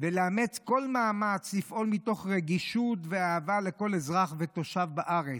כל מאמץ לפעול מתוך רגישות ואהבה לכל אזרח ותושב בארץ,